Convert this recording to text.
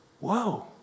Whoa